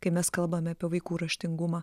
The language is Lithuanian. kai mes kalbame apie vaikų raštingumą